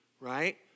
right